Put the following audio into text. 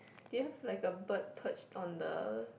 do you have like a bird perched on the